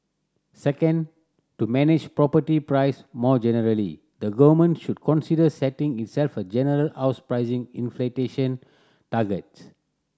second to manage property price more generally the government should consider setting itself a general house price target